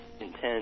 intense